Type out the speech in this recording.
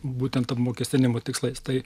būtent apmokestinimo tikslais tai